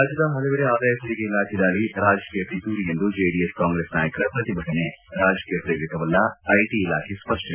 ರಾಜ್ಬದ ಪಲವೆಡೆ ಆದಾಯ ತೆರಿಗೆ ಇಲಾಖೆ ದಾಳಿ ರಾಜಕೀಯ ಪಿತೂರಿ ಎಂದು ಜೆಡಿಎಸ್ ಕಾಂಗ್ರೆಸ್ ನಾಯಕರ ಪ್ರತಿಭಟನೆ ರಾಜಕೀಯ ಪ್ರೇರಿತವಲ್ಲ ಐಟಿ ಇಲಾಖೆ ಸ್ವಷ್ನನೆ